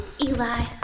Eli